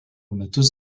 metus